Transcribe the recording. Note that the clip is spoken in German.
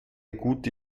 gute